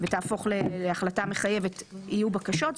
ותהפוך להחלטה מחייבת יהיו בקשות,